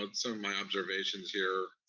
but so my observations here,